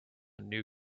new